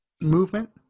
movement